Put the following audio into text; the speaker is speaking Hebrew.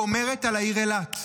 גומרת על העיר אילת.